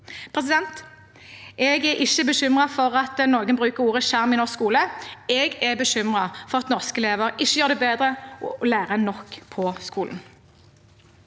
i skolen. Jeg er ikke bekymret for at noen bruker ordet «skjerm» i norsk skole. Jeg er bekymret for at norske elever ikke gjør det bedre eller lærer nok på skolen.